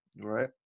right